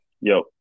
Yo